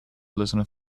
listener